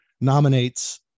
nominates